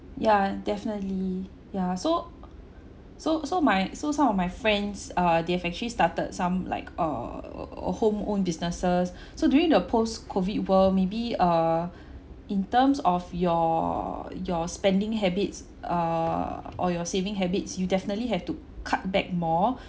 yeah definitely yeah so so so my so some of my friends uh they've actually started some like uh uh home own businesses so during the post COVID world maybe err in terms of your your spending habits uh or your saving habits you definitely have to cut back more